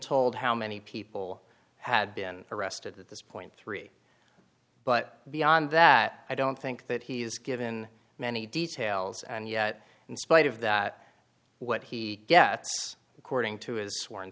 told how many people had been arrested at this point three but beyond that i don't think that he's given many details and yet in spite of that what he gets according to his sworn